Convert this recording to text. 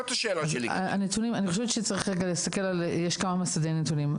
יש כמה מצבי נתונים.